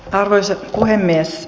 arvoisa puhemies